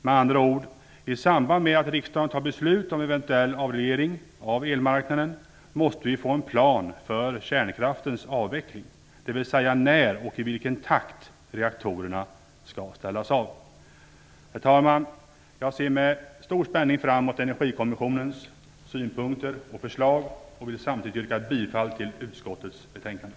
Med andra ord: i samband med att riksdagen fattar beslut om en eventuell avreglering av elmarknaden måste vi få en plan för kärnkraftens avveckling, dvs. att vi måste få veta när och i vilken takt reaktorerna skall ställas av. Herr talman! Jag ser med stor spänning fram emot Energikommissionens synpunkter och förslag. Jag vill samtidigt yrka bifall till utskottets hemställan i betänkandet.